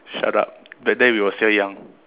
shut up back then we were still young